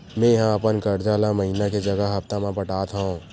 मेंहा अपन कर्जा ला महीना के जगह हप्ता मा पटात हव